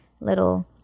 little